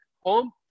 home